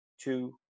two